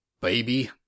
baby